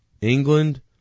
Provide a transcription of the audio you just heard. England